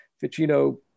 Ficino